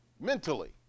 mentally